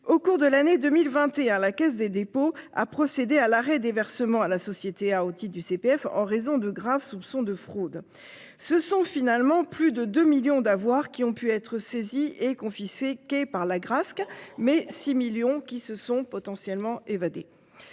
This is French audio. Au cours de l'année 2021, la Caisse des dépôts a procédé à l'arrêt des versements à la société a otite du CPF en raison de graves soupçons de fraude. Ce sont finalement plus de 2 millions d'avoir qui ont pu être saisis et confisqués qu'par l'Agrasc mais 6 millions qui se sont potentiellement évadé.